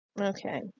Okay